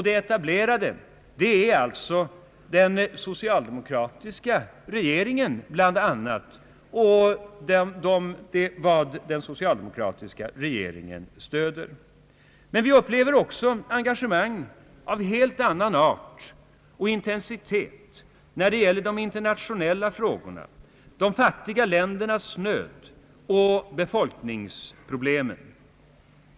»De etablerade» är bland annat den socialdemokratiska regeringen och de som stöder den = socialdemokratiska regeringen. Men vi upplever också engagemang av helt annan art och intensitet när det gäller de internationella frågorna, de fattiga ländernas nöd och befolkningsproblemen.